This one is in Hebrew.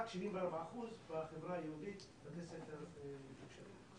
רק 74% בחברה היהודית בתי ספר מתוקשבים.